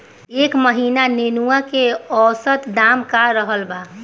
एह महीना नेनुआ के औसत दाम का रहल बा?